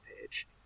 page